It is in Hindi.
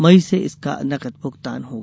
मई से इसका नकद भुगतान होगा